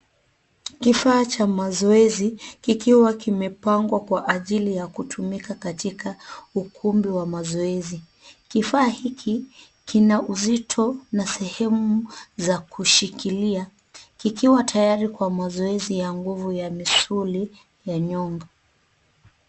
Kifaa cha mazoezi kikiwa kimepangwa kwa ajili ya kutumika katika ukumbi wa mazoezi. Kifaa hiki kina uzito na sehemu za kushikillia, kikiwa tayari kwa mazoezi ya nguvu ya misuli ya nyungu.